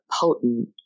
potent